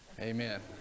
Amen